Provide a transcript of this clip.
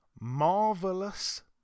Marvelous